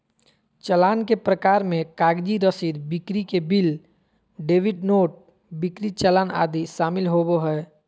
चालान के प्रकार मे कागजी रसीद, बिक्री के बिल, डेबिट नोट, बिक्री चालान आदि शामिल होबो हय